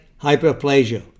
hyperplasia